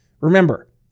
Remember